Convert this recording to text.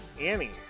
Annie